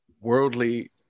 worldly